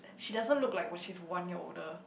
she doesn't look like which is one year older